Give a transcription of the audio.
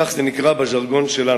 כך זה נקרא בז'רגון שלנו.